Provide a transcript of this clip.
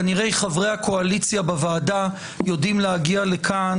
כנראה חברי הקואליציה בוועדה יודעים להגיע לכאן